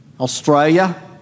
Australia